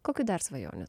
kokių dar svajonių